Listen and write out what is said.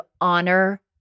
honor